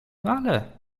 ale